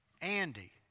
Andy